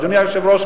אדוני היושב-ראש,